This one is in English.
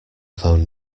phone